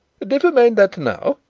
never mind that now,